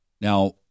Now